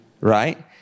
right